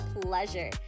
pleasure